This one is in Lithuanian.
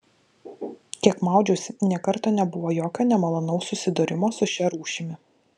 kiek maudžiausi nė karto nebuvo jokio nemalonaus susidūrimo su šia rūšimi